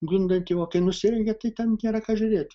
gundanti o kai nusirengia tai ten nėra ką žiūrėt